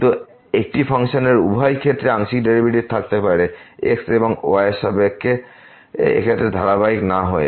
কিন্তু একটি ফাংশনে উভয়ের ক্ষেত্রে আংশিক ডেরিভেটিভ থাকতে পারে x এবং y এর সাপেক্ষে এক্ষেত্রে ধারাবাহিক না হয়ে